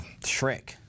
Shrek